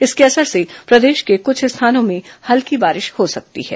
इसके असर से प्रदेश के कुछ स्थानों में हल्की बारिश हो सकती है